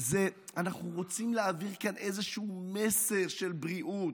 אנחנו רוצים להעביר כאן איזה מסר של בריאות.